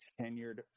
tenured